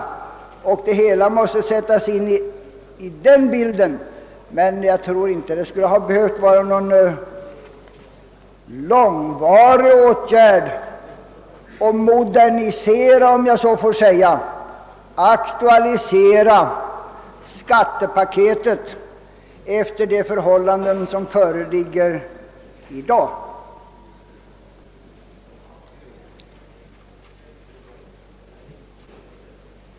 Den utvecklingen måste alltså sättas in i bilden. Jag tror dock inte att det skulle ha behövt vara någon tidsödande åtgärd att modernisera och aktualisera skattepaketet efter de förhållanden som föreligger i dag.